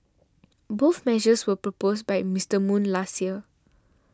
both measures were proposed by Mister Moon last year